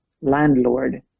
landlord